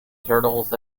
turtles